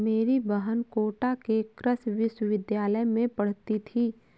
मेरी बहन कोटा के कृषि विश्वविद्यालय में पढ़ती थी